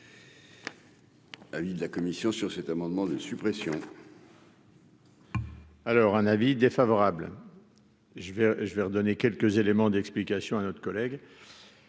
Avis de la commission sur cet amendement de suppression. Alors un avis défavorable je vais je vais redonner quelques éléments d'explication à notre collègue